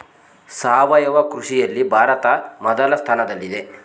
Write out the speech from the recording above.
ಸಾವಯವ ಕೃಷಿಯಲ್ಲಿ ಭಾರತ ಮೊದಲ ಸ್ಥಾನದಲ್ಲಿದೆ